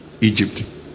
Egypt